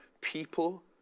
people